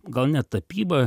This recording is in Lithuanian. gal net tapyba